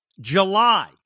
July